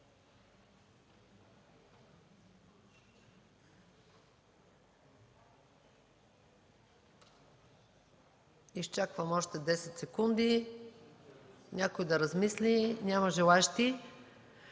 Изчаквам още десет секунди някой да размисли. Няма желаещи.